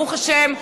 ברוך השם,